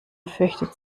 fürchtet